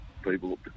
people